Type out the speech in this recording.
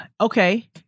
Okay